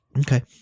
Okay